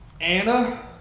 Anna